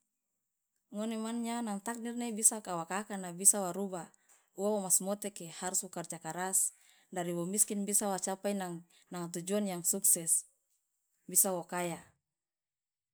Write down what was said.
ngone man nyawa nanga takdir ne bisaka wa aka- akana bisa wa ruba uwa womas moteke harus wo karja karas dari wo miskin bisa wa capai nanga tujuan yang sukses bisa wo kaya.